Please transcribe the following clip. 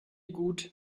gut